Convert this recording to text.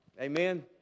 Amen